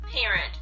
parent